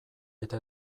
eta